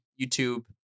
YouTube